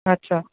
আচ্ছা